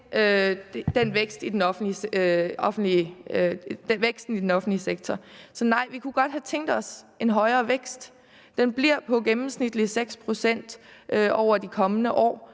til væksten i den offentlige sektor vil jeg sige, at vi godt kunne have tænkt os en højere vækst. Den bliver på gennemsnitligt 0,6 pct. over de kommende år